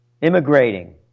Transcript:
immigrating